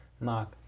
Mark